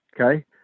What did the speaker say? Okay